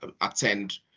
attend